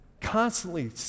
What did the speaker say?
constantly